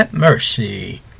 mercy